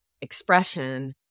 expression